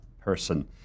person